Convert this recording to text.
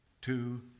two